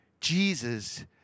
Jesus